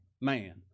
man